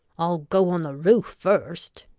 i'll go on the roof first.